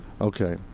Okay